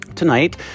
Tonight